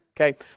okay